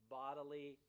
bodily